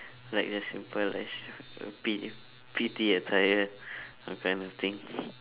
like the simple like P~ P_T attire uh kind of thing